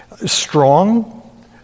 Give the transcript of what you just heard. Strong